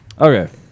Okay